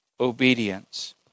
obedience